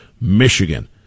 Michigan